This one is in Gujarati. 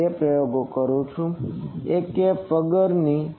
હું બે પ્રયોગો કરું છું એક કેપ વગરની